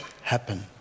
happen